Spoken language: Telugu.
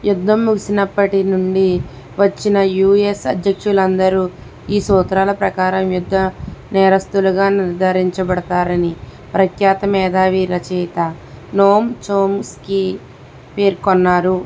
యుద్ధం ముగిసినప్పటి నుండి వచ్చిన యూఎస్ అధ్యక్షులు అందరూ ఈ సూత్రాల ప్రకారం యుద్ధ నేరస్థులుగా నిర్ధారించబడతారని ప్రఖ్యాత మేధావి రచయిత నోమ్ చోమ్స్కీ పేర్కొన్నారు